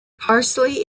parsley